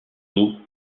eaux